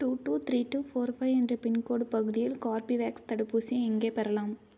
two two three two four five என்ற pin code பகுதியில் கார்பிவேக்ஸ் தடுப்பூசி எங்கே பெறலாம்